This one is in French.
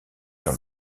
dans